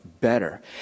better